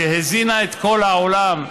שהזינה את כל העולם,